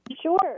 Sure